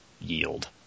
yield